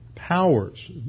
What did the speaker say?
Powers